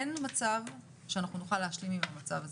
אין מצב שאנחנו נוכל להשלים עם המצב הזה,